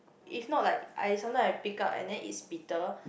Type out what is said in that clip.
if not like I sometimes I pick up and then it's bitter